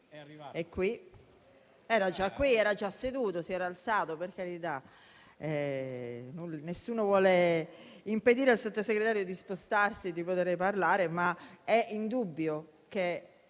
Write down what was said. era già qui, era già seduto e si era alzato; per carità, nessuno vuole impedire al Sottosegretario di spostarsi e poter parlare, ma è indubbio che